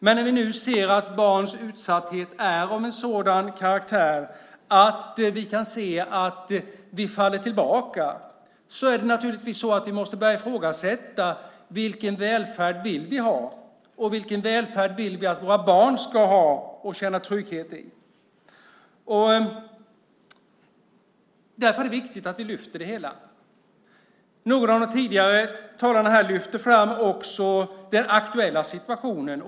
Men när vi nu ser att barns utsatthet är av en sådan karaktär att vi faller tillbaka måste vi naturligtvis börja ifrågasätta vilken välfärd vi vill ha och vilken välfärd vi vill att våra barn ska ha och känna trygghet i. Därför är det viktigt att vi lyfter fram det hela. Någon av de tidigare talarna här lyfte fram den aktuella situationen.